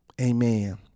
Amen